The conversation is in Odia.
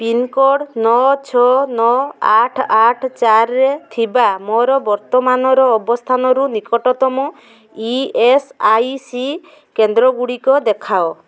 ପିନ୍କୋଡ଼୍ ନଅ ଛଅ ନଅ ଆଠ ଆଠ ଚାରିରେ ଥିବା ମୋର ବର୍ତ୍ତମାନର ଅବସ୍ଥାନରୁ ନିକଟତମ ଇ ଏସ୍ ଆଇ ସି କେନ୍ଦ୍ରଗୁଡ଼ିକ ଦେଖାଅ